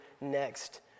...next